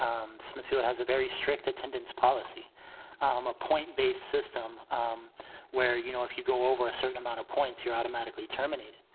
um smith, who has a very strict attendance policy, um a point based system um where, you know, if you go over a certain amount of points, you're automatically terminated.